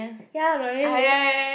ya 软绵绵